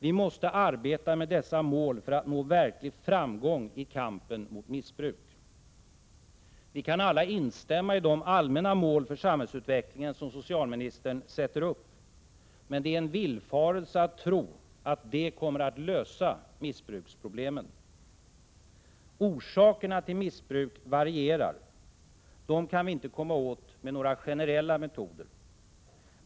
Vi måste arbeta med dessa mål, för att nå verklig framgång i kampen mot missbruk.” Vi kan alla instämma i de allmänna mål för samhällsutvecklingen som socialministern sätter upp. Men det är en villfarelse att tro att det kommer att lösa missbruksproblemen. Orsakerna till missbruk varierar. Dem kan vi inte komma åt med några generella metoder.